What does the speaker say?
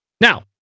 Now